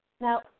Now